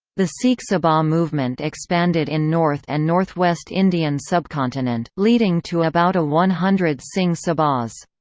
the sikh sabha movement expanded in north and northwest indian subcontinent, leading to about a one hundred singh sabhas.